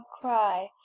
cry